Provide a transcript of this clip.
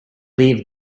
leave